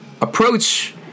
approach